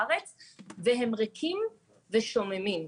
והם ריקים ושוממים.